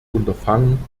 unterfangen